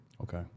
Okay